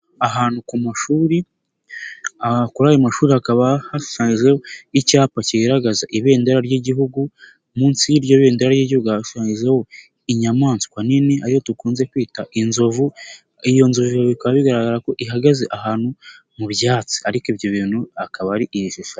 Ahantu ku mashuri kuri ayo mashuri hakaba hashushanyijeho icyapa kigaragaza ibendera ry'Igihugu, munsi y'iryo bendera ry'Igihugu hashushanyijeho inyamaswa nini ari yo dukunze kwita inzovu, iyo nzovu bikaba bigaragara ko ihagaze ahantu mu byatsi ariko ibyo bintu akaba ari ibishushanyo.